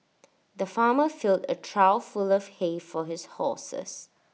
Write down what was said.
the farmer filled A trough full of hay for his horses